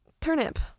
Turnip